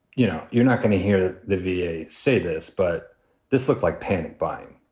you know, you're not going to hear the v a. say this, but this looks like panic buying.